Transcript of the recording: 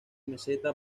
meseta